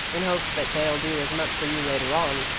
in hopes that they'll do as much for you later on.